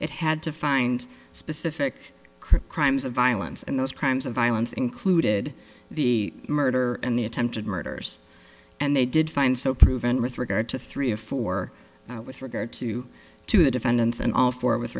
it had to find specific crimes of violence and those crimes of violence included the murder and the attempted murders and they did find so proven with regard to three of four with regard to two the defendants and all four with